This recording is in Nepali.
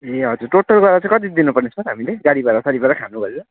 ए हजुर टोटल गरेर चाहिँ कति दिनुपर्ने सर हामीले गाडी भाडा साडी भाडा खानु गरेर